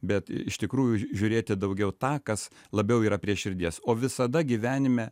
bet iš tikrųjų žiūrėti daugiau tą kas labiau yra prie širdies o visada gyvenime